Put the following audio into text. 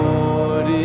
Lord